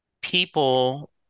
people